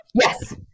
Yes